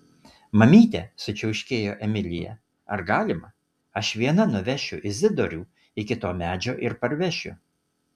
mamyte sučiauškėjo emilija ar galima aš viena nuvešiu izidorių iki to medžio ir parvešiu